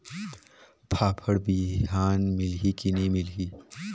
फाफण बिहान मिलही की नी मिलही?